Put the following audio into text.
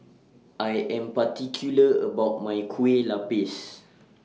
I Am particular about My Kueh Lupis